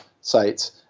sites